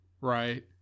right